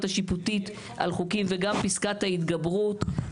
השיפוטית על חוקים וגם פסקת ההתגברות,